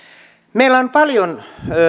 meillä on paljon